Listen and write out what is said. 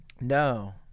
No